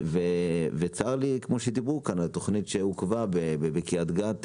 צר לי על התוכנית שעוכבה בקרית גת,